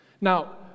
Now